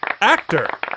actor